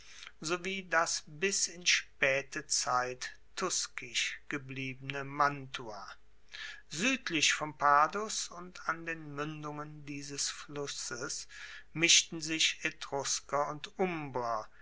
sowie das bis in spaete zeit tuskisch gebliebene mantua suedlich vom padus und an den muendungen dieses flusses mischten sich etrusker und umbrer